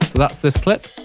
that's this clip.